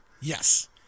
Yes